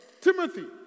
Timothy